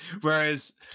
whereas